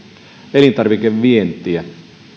elintarvikevientiä